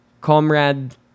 Comrade